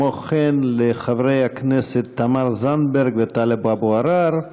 וכן לחברי הכנסת תמר זנדברג וטלב אבו עראר,